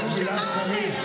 חבר הכנסת משה טור פז,